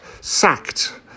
sacked